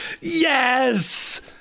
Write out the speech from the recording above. Yes